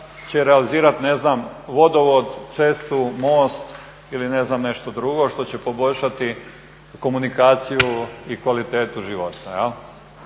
će realizirati ne znam, vodovod, cestu, most ili ne znam nešto drugo što će poboljšati komunikaciju i kvalitetu života.